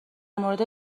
مورد